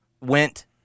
went